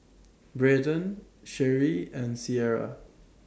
Braydon Sheri and Sierra